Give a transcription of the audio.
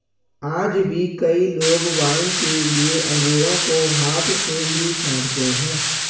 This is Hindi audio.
आज भी कई लोग वाइन के लिए अंगूरों को हाथ से ही छाँटते हैं